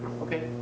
Okay